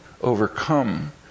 overcome